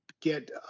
get